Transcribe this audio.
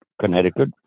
Connecticut